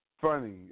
Funny